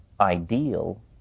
ideal